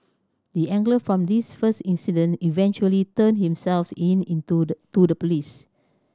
the angler from this first incident eventually turned himself in into the to the police